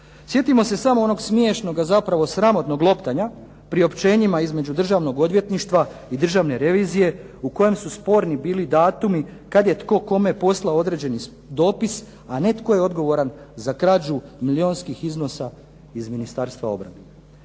Sjetimo se samo onog smiješnoga, zapravo sramotnog loptanja, priopćenjima između Državnog odvjetništva i Državne revizije u kojem su sporni bili datumi kad je tko kome poslao određeni dopis, a ne tko je odgovoran za krađu milijunskih iznosa iz Ministarstva obrane.